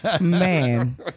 Man